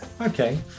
okay